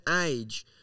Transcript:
age